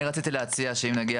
אני רציתי להציע שאם נגיע